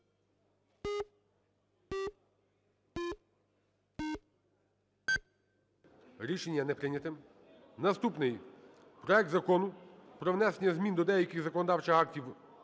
Рішення не прийнято. Наступний: проект Закону про внесення змін до деяких законів